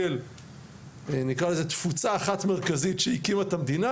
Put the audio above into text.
של תפוצה אחת מרכזית שהקימה את המדינה,